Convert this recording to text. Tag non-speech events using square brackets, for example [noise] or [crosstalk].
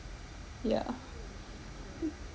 yeah [noise]